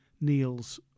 Neil's